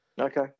Okay